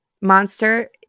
monster